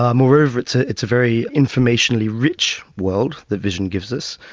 ah moreover, it's ah it's a very informationally rich world that vision gives us,